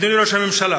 אדוני ראש הממשלה,